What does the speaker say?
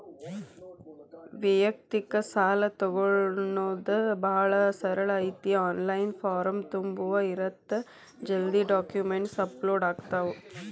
ವ್ಯಯಕ್ತಿಕ ಸಾಲಾ ತೊಗೋಣೊದ ಭಾಳ ಸರಳ ಐತಿ ಆನ್ಲೈನ್ ಫಾರಂ ತುಂಬುದ ಇರತ್ತ ಜಲ್ದಿ ಡಾಕ್ಯುಮೆಂಟ್ಸ್ ಅಪ್ಲೋಡ್ ಆಗ್ತಾವ